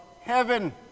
heaven